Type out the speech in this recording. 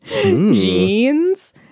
Jeans